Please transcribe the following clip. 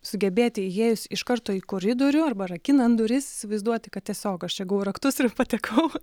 sugebėti įėjus iš karto į koridorių arba rakinant duris įvaizduoti kad tiesiog aš čia gavau raktus ir patekau